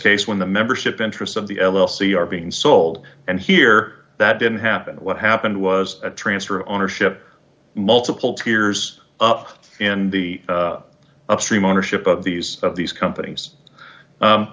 case when the membership interests of the l l c are being sold and here that didn't happen what happened was a transfer of ownership multiple tears up in the upstream ownership of these of these companies